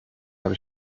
habe